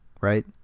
right